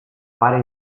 pare